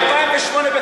ב-2008,